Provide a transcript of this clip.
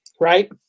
right